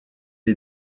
est